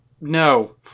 no